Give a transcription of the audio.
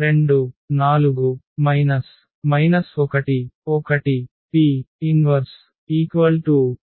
P 2 4 1 1 P 1161